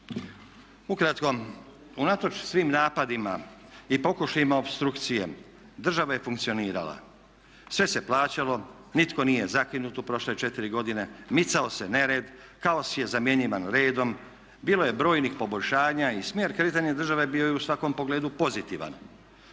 Ukratko, unatoč svim napadima i pokušajima opstrukcije država je funkcionirala. Sve se plaćalo, nitko nije zakinut u prošle četiri godine, micao se nered, kaos je zamjenjivan redom, bilo je brojnih poboljšanja i smjer kretanja države bio je u svakom pogledu pozitivan.